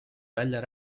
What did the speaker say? välja